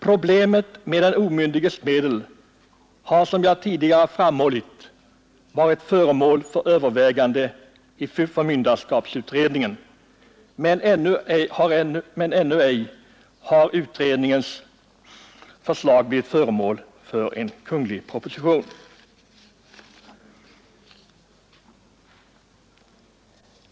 Problemet med den omyndiges medel har, som jag tidigare framhållit, övervägts i förmynderskapsutredningen, men ännu har utredningens förslag inte blivit föremål för en kungl. proposition.